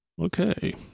Okay